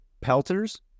Pelters